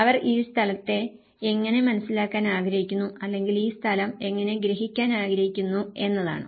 അവർ ഈ സ്ഥലത്തെ എങ്ങനെ മനസ്സിലാക്കാൻ ആഗ്രഹിക്കുന്നു അല്ലെങ്കിൽ ഈ സ്ഥലം എങ്ങനെ ഗ്രഹിക്കാൻ ആഗ്രഹിക്കുന്നു എന്നതാണ്